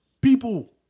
people